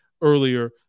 earlier